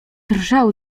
drżał